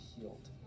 healed